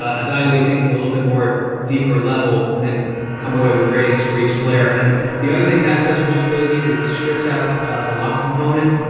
ah evaluate things a little bit more deeper level and then come away with ratings for each player. and the other thing that does we just really need is it strips out ah the lock component.